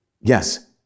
Yes